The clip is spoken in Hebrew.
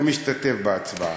ומשתתף בהצבעה.